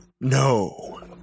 No